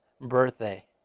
birthday